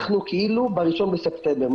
אנחנו כאילו ב-1 בספטמבר.